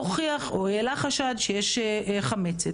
העלה חשד שיש חמצת.